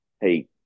hey